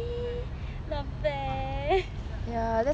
eh not bad ya